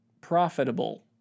profitable